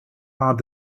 how